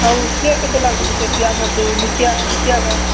ଆଉ ସିଏ କେତେ ଲାଗୁଛି ଯଦି ଆମର ଯେଉଁ ନତିଆ ନତିଆ ଗଣ୍ଡ